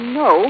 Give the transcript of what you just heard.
no